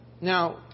Now